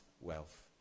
wealth